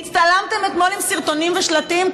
הצטלמתם אתמול עם סרטונים ושלטים?